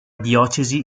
diocesi